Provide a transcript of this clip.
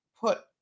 put